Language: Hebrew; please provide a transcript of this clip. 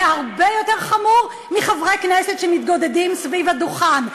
זה הרבה יותר חמור מחברי כנסת שמתגודדים סביב הדוכן.